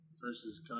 versus